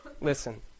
listen